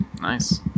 Nice